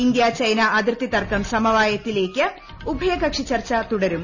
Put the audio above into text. India China അതിർത്തി തർക്കം സമവായത്തിലേയ്ക്ക് ഉഭയകക്ഷി ചർച്ച തുടരും